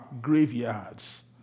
graveyards